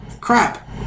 Crap